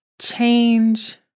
change